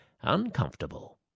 uncomfortable